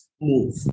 move